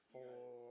Four